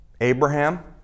Abraham